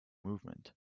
movement